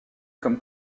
comme